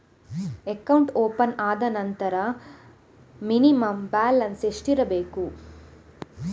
Account open ಆದ ನಂತರ minimum balance ಎಷ್ಟಿರಬೇಕು?